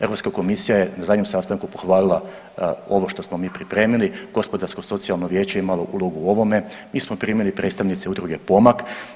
Europska komisija je na zadnjem sastanku pohvalila ovo što smo mi pripremili, Gospodarsko socijalno vijeće je imalo ulogu u ovome, mi smo primili predstavnici Udruge Pomak.